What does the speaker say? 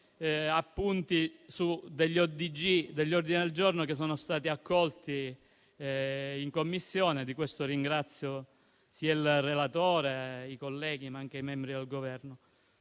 appunti su alcuni ordini al giorno che sono stati accolti in Commissione e di questo ringrazio sia il relatore che i colleghi ma anche i membri del Governo.